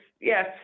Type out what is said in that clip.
yes